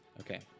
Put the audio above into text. Okay